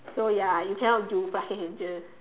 so ya you cannot do plastic surgeon